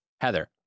Heather